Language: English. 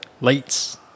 Lights